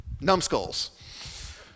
numbskulls